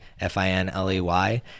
F-I-N-L-E-Y